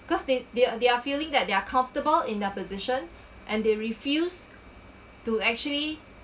because they they're they're feeling that they're comfortable in their position and they refuse to actually